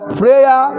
prayer